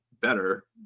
better